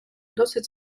досить